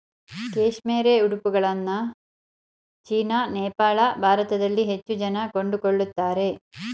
cashmere ಉಡುಪುಗಳನ್ನ ಚೀನಾ, ನೇಪಾಳ, ಭಾರತದಲ್ಲಿ ಹೆಚ್ಚು ಜನ ಕೊಂಡುಕೊಳ್ಳುತ್ತಾರೆ